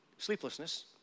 Sleeplessness